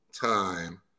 time